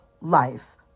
life